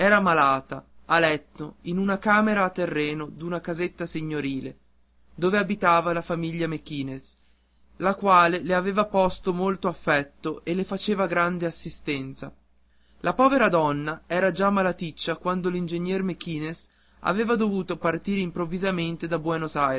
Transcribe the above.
era malata a letto in una camera a terreno d'una casetta signorile dove abitava tutta la famiglia mequinez la quale le aveva posto molto affetto e le faceva grande assistenza la povera donna era già malaticcia quando l'ingegnere mequinez aveva dovuto partire improvvisamente da buenos